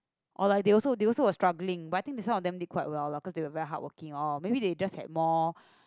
or like they also they also were struggling but I think that some of them did quite well lah cause they were very hardworking or maybe they just had more